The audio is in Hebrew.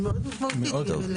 טוב.